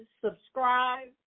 subscribe